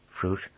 fruit